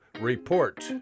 Report